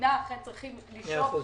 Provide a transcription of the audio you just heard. צריכים לשאוף